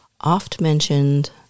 oft-mentioned